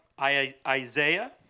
Isaiah